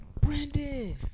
Brandon